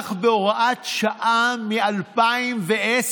מוארך בהוראת שעה מ-2010.